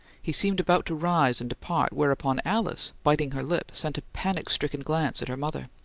he seemed about to rise and depart whereupon alice, biting her lip, sent a panic-stricken glance at her mother.